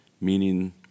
Meaning